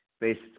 Based